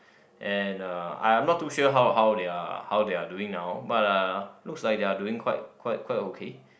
and uh I'm not too sure how how they're how they're doing now but uh looks like they are doing quite quite quite okay